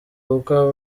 uko